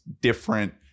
different